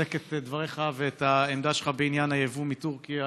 לחזק את דבריך ואת העמדה שלך בעניין היבוא מטורקיה.